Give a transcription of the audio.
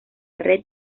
red